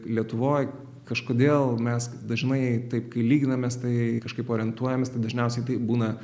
lietuvoj kažkodėl mes dažnai taip kai lyginamės tai kažkaip orientuojamės tai dažniausiai tai būna